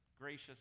gracious